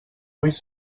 ulls